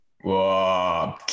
Whoa